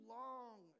long